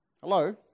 Hello